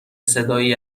صدایی